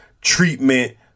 treatment